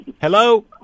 Hello